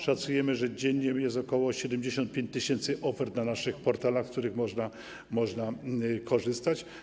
Szacujemy, że dziennie jest ok. 75 tys. ofert na naszych portalach, z których można korzystać.